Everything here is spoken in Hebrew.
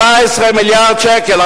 14 מיליארד שקל.